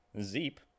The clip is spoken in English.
Zeep